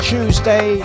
Tuesday